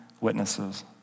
witnesses